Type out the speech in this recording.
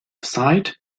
sight